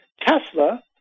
Tesla